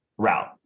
route